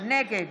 נגד